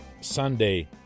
Sunday